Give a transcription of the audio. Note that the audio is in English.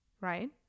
Right